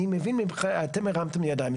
אני מבין שאתם הרמת ידיים,